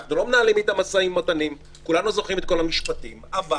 אנחנו לא מנהלים אתה משאים ומתנים כולנו זוכרים את המשפטים אבל: